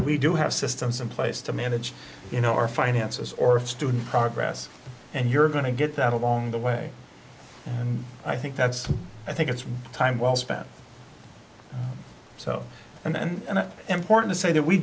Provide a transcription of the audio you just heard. we do have systems in place to manage you know our finances or student progress and you're going to get that along the way and i think that's i think it's time well spent so and then and important to say that we